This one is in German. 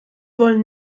wollen